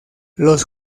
los